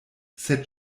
sed